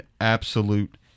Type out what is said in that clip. absolute